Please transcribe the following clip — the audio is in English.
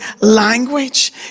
language